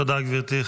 תודה, גברתי.